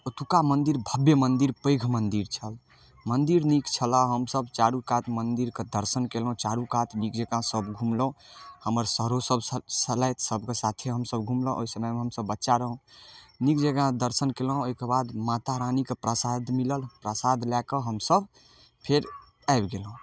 ओतुका मन्दिर भव्य मन्दिर पैघ मन्दिर छलऽ मन्दिर नीक छलऽ हमसब चारू कात मन्दिरके दर्शन कयलहुँ चारू कात नीक जकाँ सब घूमलहुँ हमरा सरो सब छलथि सबके साथे हमसब घुमलहुँ ओइ समयमे हमसब बच्चा रहौ नीक जकाँ दर्शन कयलहुँ अइके बाद माता रानीके प्रसाद मिलल प्रसाद लैके हम सब फेर आबि गेलहुँ